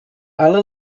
alle